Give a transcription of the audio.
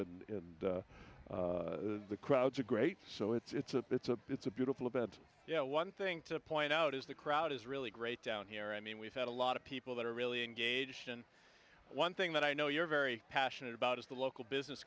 and the crowds are great so it's a it's a it's a beautiful event you know one thing to point out is the crowd is really great down here i mean we've had a lot of people that are really engaged and one thing that i know you're very passionate about is the local business